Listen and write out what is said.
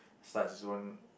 starts his own